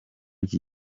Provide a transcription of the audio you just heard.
iki